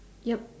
yup